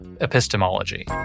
epistemology